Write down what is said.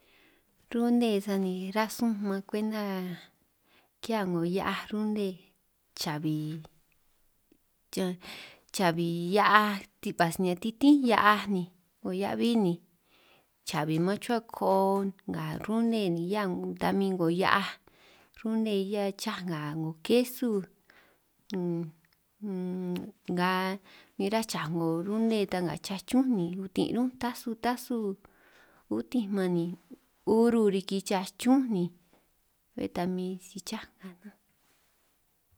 Rune sani ránj sun man kwenta kihia 'ngo hia'aj rune, chabij riñan cha'bij hia'aj ti'pas ni titín hia'aj ni 'ngo hia'aj 'bí ni cha'bij man chuhua koo nga rune ni hia 'ngo ta min 'ngo hia'aj rune 'hia chaj nga 'ngo kesu unn, unn nga min ráj chaj 'ngo rune ta nga chachún ni utin' ñún tasu tasu utinj man ni uru man riki chachúnj ni, bé ta min si chaj ngaj nanj ánj.